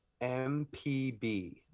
MPB